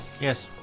Yes